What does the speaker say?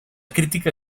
crítica